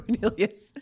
Cornelius